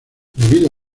debido